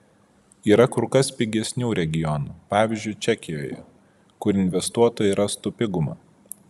yra kur kas pigesnių regionų pavyzdžiui čekijoje kur investuotojai rastų pigumą